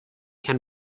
can